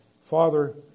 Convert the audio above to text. Father